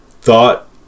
thought